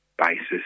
basis